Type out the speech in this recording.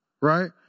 Right